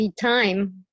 time